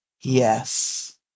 yes